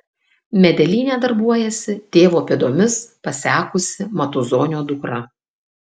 medelyne darbuojasi tėvo pėdomis pasekusi matuzonio dukra